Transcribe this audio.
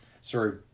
sorry